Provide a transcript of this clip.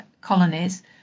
colonies